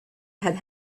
had